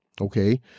okay